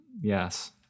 yes